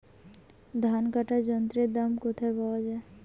ধান কাটার যন্ত্রের দাম কোথায় পাওয়া যায়?